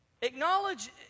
Acknowledge